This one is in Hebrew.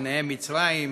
ובהן מצרים,